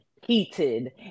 heated